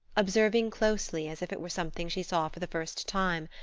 observing closely, as if it were something she saw for the first time,